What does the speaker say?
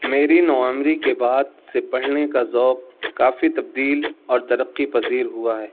میری نوعمری کے بعد سے پڑھنے کا ذوق کافی تبدیل اور ترقی پذیر ہوا ہے